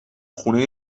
خونه